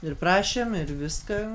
ir prašėm ir viską